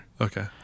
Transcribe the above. Okay